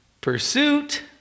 Pursuit